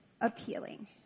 appealing